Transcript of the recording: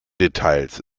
details